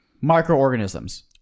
microorganisms